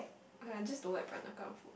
uh I just don't like Peranakan food